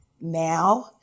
now